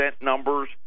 numbers